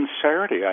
sincerity